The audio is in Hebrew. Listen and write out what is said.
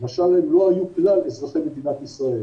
משל הם לא היו כלל אזרחי מדינת ישראל.